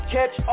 Catch